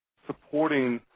supporting